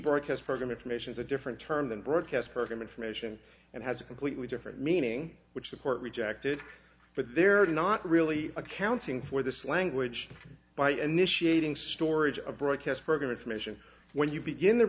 broadcast program information is a different term than broadcast program information and has a completely different meaning which the court rejected but they're not really accounting for this language by initiating storage of broadcast program information when you begin the